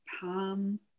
palm